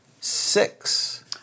Six